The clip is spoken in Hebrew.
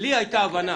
לי הייתה הבנה